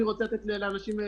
אני רוצה לתת לאנשים להתבטא.